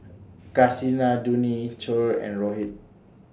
Kasinadhuni Choor and Rohit